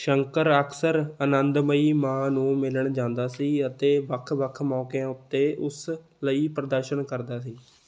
ਸ਼ੰਕਰ ਅਕਸਰ ਆਨੰਦਮਈ ਮਾਂ ਨੂੰ ਮਿਲਣ ਜਾਂਦਾ ਸੀ ਅਤੇ ਵੱਖ ਵੱਖ ਮੌਕਿਆਂ ਉੱਤੇ ਉਸ ਲਈ ਪ੍ਰਦਰਸ਼ਨ ਕਰਦਾ ਸੀ